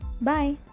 bye